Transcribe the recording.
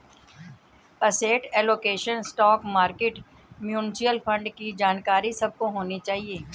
asset allocation, stock market, mutual fund की जानकारी सबको होनी चाहिए